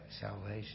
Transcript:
salvation